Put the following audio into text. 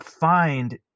find